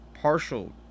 partial